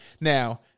Now